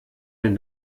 den